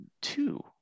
two